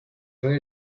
for